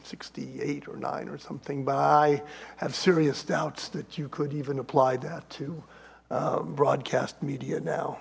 sixty eight or nine or something but i have serious doubts that you could even apply that to broadcast media now